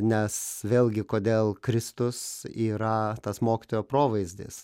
nes vėlgi kodėl kristus yra tas mokytojo provaizdis